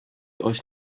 euch